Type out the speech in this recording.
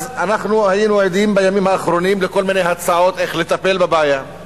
אנחנו היינו עדים בימים האחרונים לכל מיני הצעות איך לטפל בבעיה.